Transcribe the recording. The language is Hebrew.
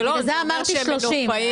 בגלל זה דיברתי על 30 קילומטר.